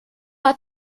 hat